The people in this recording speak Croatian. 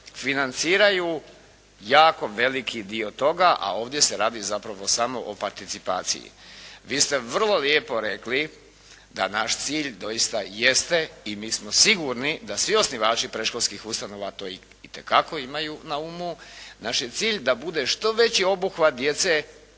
financiraju jako veliki dio toga, a ovdje se radi zapravo samo o participaciji. Vi ste vrlo lijepo rekli da naš cilj doista jeste i mi smo sigurni da svi osnivači predškolskih ustanova to itekako imaju na umu. Naš je cilj da bude što veći obuhvat djece